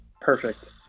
perfect